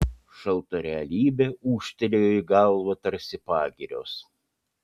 šalta realybė ūžtelėjo į galvą tarsi pagirios